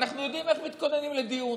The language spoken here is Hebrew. אנחנו יודעים אנחנו מתכוננים לדיון,